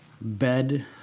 bed